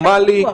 או מלי.